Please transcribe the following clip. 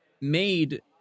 made